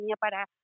para